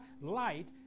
light